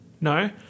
No